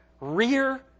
rear